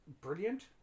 brilliant